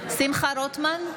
שמחה רוטמן,